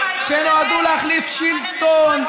פוליטיות שנועדו להחליף שלטון.